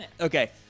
Okay